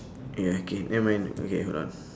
ya okay nevermind okay hold on